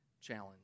challenge